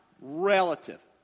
relative